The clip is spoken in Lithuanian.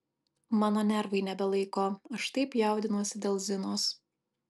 mano nervai nebelaiko aš taip jaudinuosi dėl zinos